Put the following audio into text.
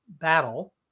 battle